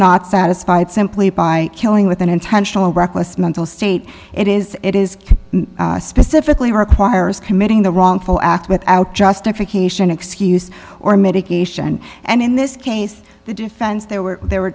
not satisfied simply by killing with an intentional reckless mental state it is it is specifically requires committing the wrongful act without justification excuse or mitigation and in this case the defense there were there were